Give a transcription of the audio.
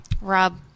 Rob